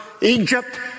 Egypt